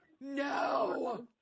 No